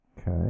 Okay